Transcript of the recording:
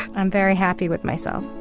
i'm very happy with myself